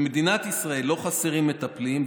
במדינת ישראל לא חסרים מטפלים,